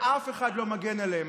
ואף אחד לא מגן עליהם.